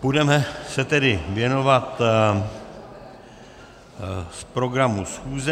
Budeme se tedy věnovat programu schůze.